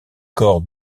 corps